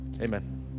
Amen